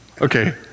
okay